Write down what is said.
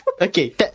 okay